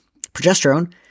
progesterone